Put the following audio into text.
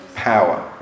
Power